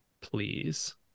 please